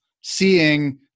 seeing